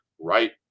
right